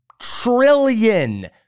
trillion